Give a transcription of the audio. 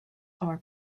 are